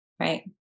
Right